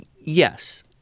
yes